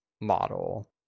model